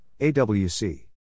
AWC